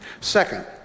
Second